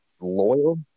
loyal